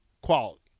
quality